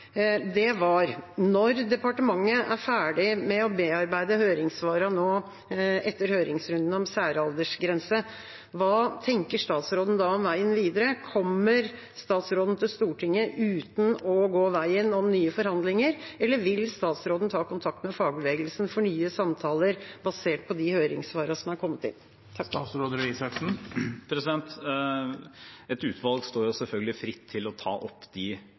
var: Når departementet er ferdig med å bearbeide høringssvarene nå etter høringsrunden om særaldersgrense, hva tenker statsråden da om veien videre? Kommer statsråden til Stortinget uten å gå veien om nye forhandlinger, eller vil statsråden ta kontakt med fagbevegelsen for nye samtaler basert på de høringssvarene som er kommet inn? Et utvalg står selvfølgelig fritt til å tolke sitt mandat, eller helt fritt står de